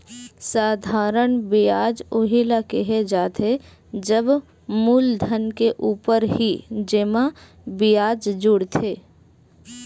साधारन बियाज उही ल केहे जाथे जब मूलधन के ऊपर ही जेमा बियाज जुड़थे